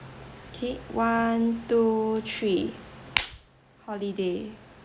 okay one two three holiday